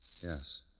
Yes